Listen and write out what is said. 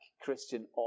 Christian